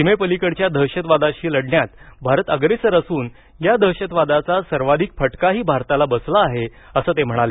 सीमेपलीकडच्या दहशतवादाशी लढण्यात भारत अग्रेसर असून या दहशतवादाचा सर्वाधिक फटकाही भारताला बसला आहे असं ते म्हणाले